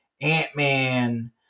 Ant-Man